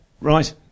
Right